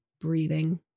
breathing